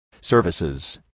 services